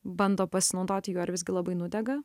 bando pasinaudoti juo ar visgi labai nudega